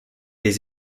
des